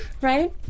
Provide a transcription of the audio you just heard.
Right